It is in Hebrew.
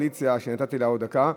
בפני חברי הקואליציה שנתתי לה עוד דקה.